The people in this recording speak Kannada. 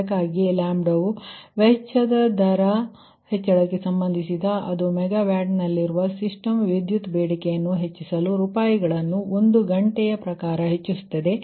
ಅದಕ್ಕಾಗಿಯೇ ಲ್ಯಾಂಬ್ಡಾವು ವೆಚ್ಚದ ದರ ಹೆಚ್ಚಳಕ್ಕೆ ಸಂಬಂಧಿಸಿದಂತೆ ಮೆಗಾವಾಟ್ನಲ್ಲಿರುವ ಸಿಸ್ಟಮ್ ವಿದ್ಯುತ್ ಬೇಡಿಕೆಯ ದರ ಒಂದು ಗಂಟೆಯ ಪ್ರಕಾರ ರೂಪಾಯಿಗಳನ್ನು ಹೆಚ್ಚಿಸುತ್ತದೆ